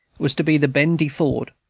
was to be the ben de ford,